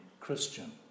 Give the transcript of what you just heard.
Christian